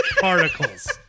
particles